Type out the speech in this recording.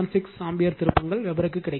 76 ampere திருப்பங்கள் வெபருக்கு கிடைக்கும்